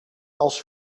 als